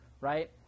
right